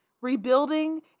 Rebuilding